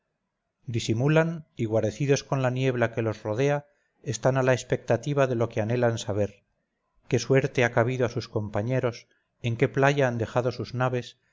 disimulan y guarecidos con la niebla que los rodea están a la expectativa de lo que anhelan saber qué suerte ha cabido a sus compañeros en qué playa han dejado sus naves